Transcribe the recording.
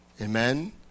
Amen